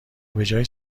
بجای